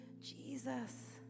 Jesus